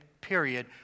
period